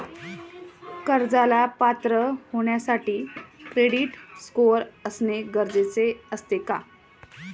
कर्जाला पात्र होण्यासाठी क्रेडिट स्कोअर असणे गरजेचे असते का?